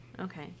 Okay